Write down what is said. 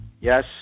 Yes